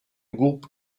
groupe